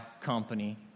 company